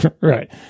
right